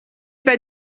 pas